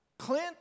Clint